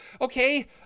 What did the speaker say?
okay